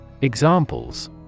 Examples